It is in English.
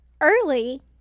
early